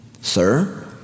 Sir